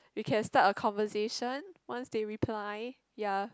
we can start a conversation once they reply ya